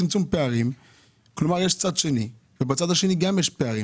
אבל גם בצד השני יש פערים.